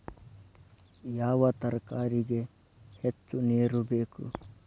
ಯಾವ ತರಕಾರಿಗೆ ಹೆಚ್ಚು ನೇರು ಬೇಕು?